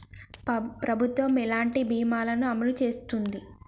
ప్రభుత్వం ఎలాంటి బీమా ల ను అమలు చేస్తుంది?